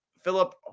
Philip